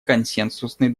консенсусный